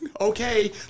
Okay